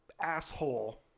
asshole